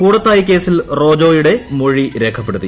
കൂടത്തായി കേസിൽ റോജോയുടെ മൊഴി രേഖപ്പെടുത്തി